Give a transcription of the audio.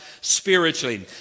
spiritually